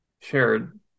shared